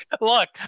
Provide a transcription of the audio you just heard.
Look